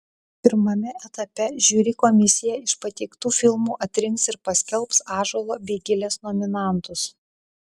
pirmame etape žiuri komisija iš pateiktų filmų atrinks ir paskelbs ąžuolo bei gilės nominantus